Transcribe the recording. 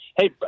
Hey